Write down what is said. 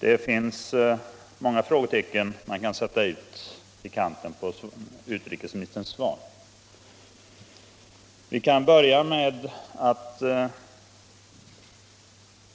Det finns många frågetecken som man kan sätta i kanten på utrikesministerns svar. Jag kan börja med